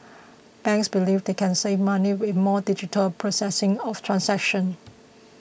banks believe they can save money with more digital processing of transaction